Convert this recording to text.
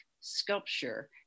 sculpture